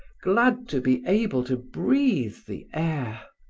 glad to be able to breath the air.